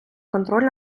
контроль